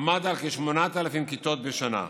עמדה על כ-8,000 כיתות בשנה.